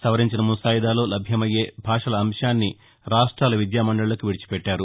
సవరించిన ముసాయిదాలో లభ్యమయ్యే భాషల అంశాన్ని రాష్ట్లల విద్యా మండళ్లకు విడిచిపెట్టారు